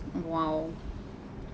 !wow!